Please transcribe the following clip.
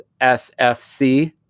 SFC